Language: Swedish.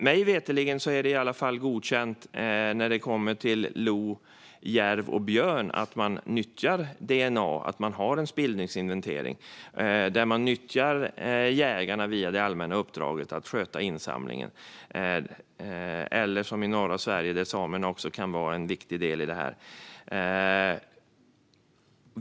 Mig veterligen är det i alla fall godkänt när det kommer till lo, järv och björn att man nyttjar DNA och att man har en spillningsinventering där man nyttjar jägarna via det allmänna uppdraget att sköta insamlingen. I norra Sverige kan samerna vara en viktig del i detta.